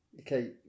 Okay